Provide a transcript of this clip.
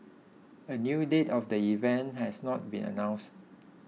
a new date of the event has not been announced